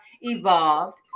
evolved